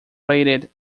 rated